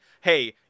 hey